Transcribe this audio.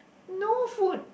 no food